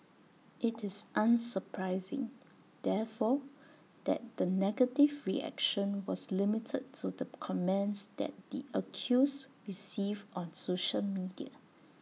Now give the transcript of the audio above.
IT is unsurprising therefore that the negative reaction was limited to the comments that the accused received on social media